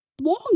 long